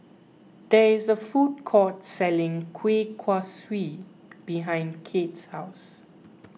there is a food court selling Kueh Kaswi behind Kate's house